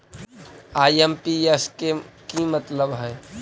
IMPS के कि मतलब है?